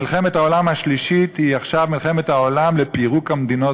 מלחמת העולם השלישית היא עכשיו מלחמת העולם לפירוק המדינות